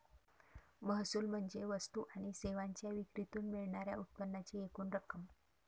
महसूल म्हणजे वस्तू आणि सेवांच्या विक्रीतून मिळणार्या उत्पन्नाची एकूण रक्कम